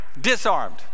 Disarmed